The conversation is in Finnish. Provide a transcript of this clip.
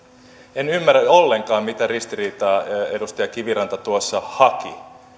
en ymmärrä ollenkaan mitä ristiriitaa edustaja kiviranta tuossa haki